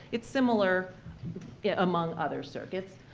it's similar yeah among other circuits.